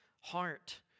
heart